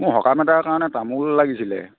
মোৰ সকাম এটা কাৰণে তামোল লাগিছিলে